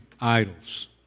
idols